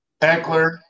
Eckler